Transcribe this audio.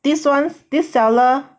this one this seller